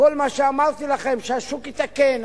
כל מה שאמרתי לכם שהשוק יתקן,